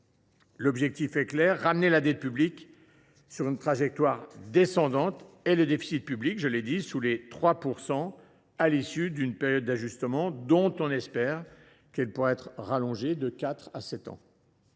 objectif est de ramener la dette publique sur une trajectoire descendante et le déficit public sous les 3 %, à l’issue d’une période d’ajustement dont on espère qu’elle pourra être allongée de quatre ans